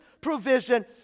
provision